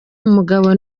umugabo